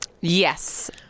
Yes